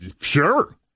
sure